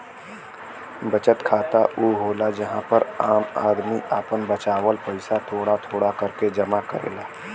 बचत खाता ऊ होला जहां पर आम आदमी आपन बचावल पइसा थोड़ा थोड़ा करके जमा करेला